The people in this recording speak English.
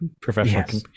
professional